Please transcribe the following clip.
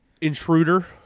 Intruder